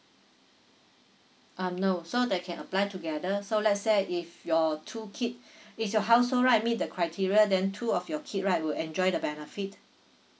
um no so they can apply together so let's say if your two kid it's your household right meet the criteria then two of your kid right will enjoy the benefit